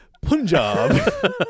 Punjab